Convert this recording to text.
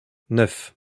neuf